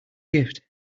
gift